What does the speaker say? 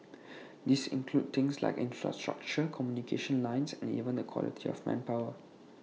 these include things like infrastructure communication lines and even the quality of manpower